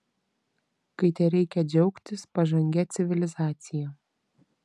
kai tereikia džiaugtis pažangia civilizacija